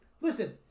listen